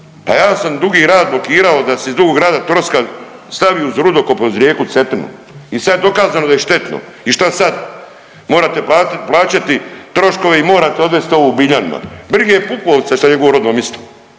pa ja sam Dugi Rat blokirao da se iz Dugog Rata troska stavi uz rudokop uz rijeku Cetinu i sad je dokazano da je štetno. I šta sad? Morate plaćati troškove i morate odvest ovo u Biljanima. Brige Pupovca što je njegovo rodno misto,